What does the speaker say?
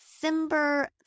December